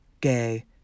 gay